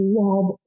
love